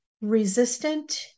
resistant